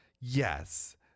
yes